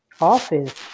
office